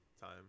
Time